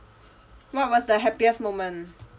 what was the happiest moment